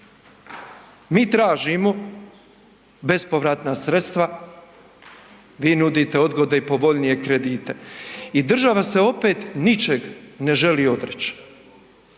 Mi tražimo bespovratna sredstva, vi nudite odgode i povoljnije kredite i država se opet ničeg ne želi odreć,